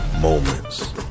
moments